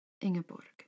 Ingeborg